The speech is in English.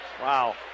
Wow